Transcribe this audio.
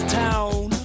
town